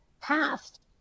passed